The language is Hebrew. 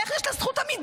איך יש לה זכות עמידה?